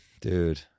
dude